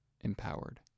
empowered